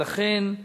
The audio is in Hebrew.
ולכן,